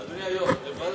אדוני היושב-ראש,